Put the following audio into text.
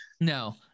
No